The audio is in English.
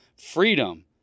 Freedom